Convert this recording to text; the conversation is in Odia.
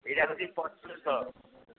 ଏଇଟା ହେଉଛି କଷ୍ଟଲି ସହର